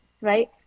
right